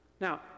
Now